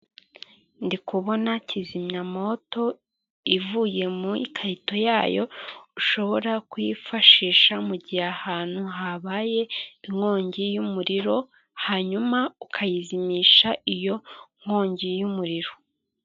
Ndi kubona kizimyamoto ivuye mu ikarito yayo ushobora kuyifashisha mu gihe ahantu habaye inkongi y'umuriro, hanyuma ukayizimisha iyo nkongi y'umuriro.